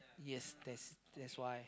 yes that's that's why